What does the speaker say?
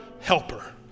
helper